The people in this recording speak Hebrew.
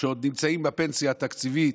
שעוד נמצאים בפנסיה התקציבית,